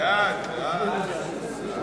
הנושא לוועדת החינוך, התרבות והספורט